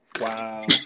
Wow